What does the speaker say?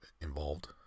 involved